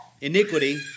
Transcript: iniquity